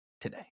today